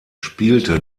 spielte